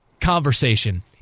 conversation